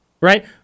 right